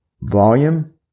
volume